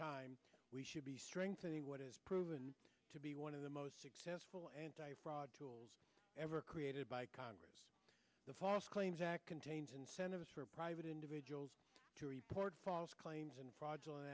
time we should be strengthening what is proven to be one of the most successful tools ever created by congress the false claims act contains incentives for private individuals to report false claims and fraudulent